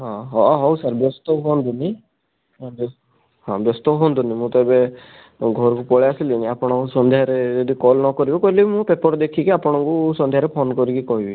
ହଁ ହଉ ସାର୍ ବ୍ୟସ୍ତ ହୁଅନ୍ତୁନି ହଁ ବ୍ୟସ୍ତ ହୁଅନ୍ତୁନି ମୁଁ ତ ଏବେ ଘରକୁ ପଳେଇ ଆସିଲିଣି ଆପଣ ସନ୍ଧ୍ୟାରେ ଯଦି କଲ୍ ନ କରିବେ କହିଲେ ମୁଁ ପେପର ଦେଖିକି ଆପଣଙ୍କୁ ସନ୍ଧ୍ୟାରେ ଫୋନ କରିକି କହିବି